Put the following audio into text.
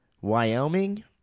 Wyoming